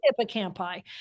hippocampi